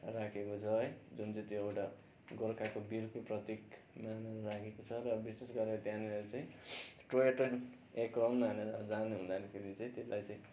राखेको छ है जुन चाहिँ त्यो एउटा गोर्खाको वीरको प्रतीक त्यहाँनिर राखेको छ र विशेष गरेर त्यहाँनिर चाहिँ टोय ट्रेन एक राउन्ड भनेर जानुहुँदाखेरि चाहिँ त्यसलाई चाहिँ